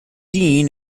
dean